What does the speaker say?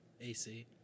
ac